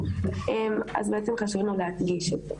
אז בעצם חשוב לנו להדגיש את זה.